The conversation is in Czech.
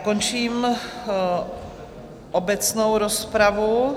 Končím obecnou rozpravu.